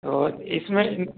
और इसमें